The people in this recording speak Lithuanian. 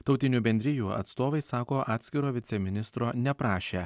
tautinių bendrijų atstovai sako atskiro viceministro neprašė